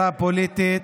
אסירה פוליטית.